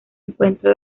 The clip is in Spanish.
encuentra